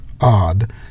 odd